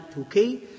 okay